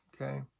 okay